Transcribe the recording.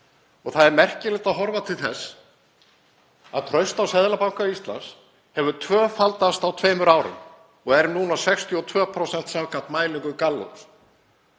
Það er merkilegt að horfa til þess að traust á Seðlabanka Íslands hefur tvöfaldast á tveimur árum og er núna 62% samkvæmt mælingum Gallups.